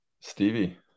Stevie